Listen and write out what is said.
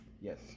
yes